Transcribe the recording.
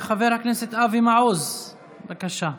חבר הכנסת אבי מעוז, בבקשה.